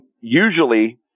usually